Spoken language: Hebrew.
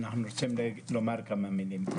אנחנו רוצים לומר כמה מילים.